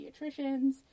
pediatricians